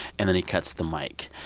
and then he cuts the mic.